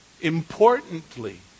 importantly